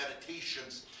Meditations